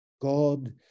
God